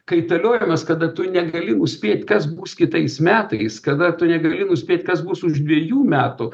kaitaliojimas kada tu negali nuspėt kas bus kitais metais kada tu negali nuspėt kas bus už dviejų metų